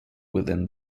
within